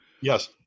Yes